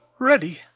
Ready